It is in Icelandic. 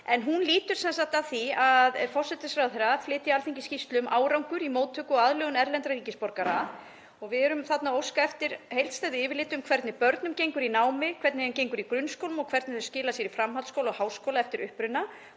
Hún lýtur sem sagt að því að forsætisráðherra flytji Alþingi skýrslu um árangur í móttöku og aðlögun erlendra ríkisborgara. Við erum þarna að óska eftir heildstæðu yfirliti um hvernig börnum gengur í námi, hvernig þeim gengur í grunnskólum og hvernig þau skila sér í framhaldsskóla og háskóla eftir uppruna.